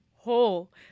whole